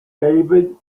david